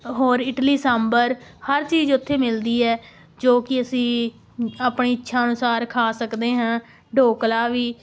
ਹੋਰ ਇਡਲੀ ਸਾਂਬਰ ਹਰ ਚੀਜ਼ ਉੱਥੇ ਮਿਲਦੀ ਹੈ ਜੋ ਕਿ ਅਸੀਂ ਆਪਣੀ ਇੱਛਾ ਅਨੁਸਾਰ ਖਾ ਸਕਦੇ ਹਾਂ ਢੋਕਲਾ ਵੀ